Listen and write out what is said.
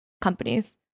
companies